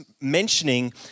mentioning